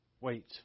Wait